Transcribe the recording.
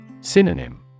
Synonym